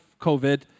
covid